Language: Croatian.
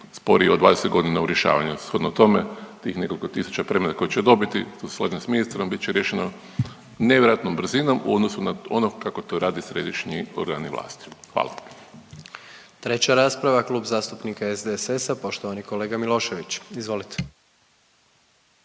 sporiji od 20.g. u rješavanju. Shodno tome tih nekoliko tisuća predmeta koje će dobiti, tu se slažem s ministrom, bit će riješeno nevjerojatnom brzinom u odnosu na ono kako to rade središnji organi vlasti, hvala. **Jandroković, Gordan (HDZ)** 3. rasprava, Klub zastupnika SDSS-a, poštovani kolega Milošević, izvolite.